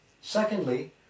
Secondly